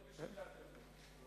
לא בשיטה כזאת.